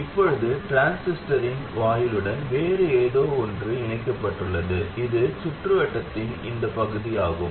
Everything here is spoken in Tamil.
இப்போது டிரான்சிஸ்டரின் வாயிலுடன் வேறு ஏதோ ஒன்று இணைக்கப்பட்டுள்ளது இது சுற்றுவட்டத்தின் இந்த பகுதி ஆகும்